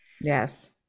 yes